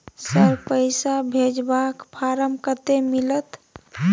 Sir, पैसा भेजबाक form कत्ते मिलत?